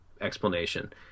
explanation